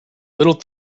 little